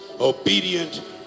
Obedient